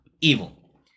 Evil